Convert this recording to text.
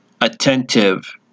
Attentive